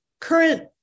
current